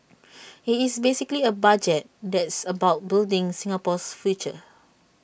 IT is basically A budget that's about building Singapore's future